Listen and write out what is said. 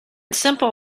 simple